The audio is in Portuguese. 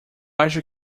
acho